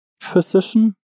physician